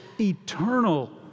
eternal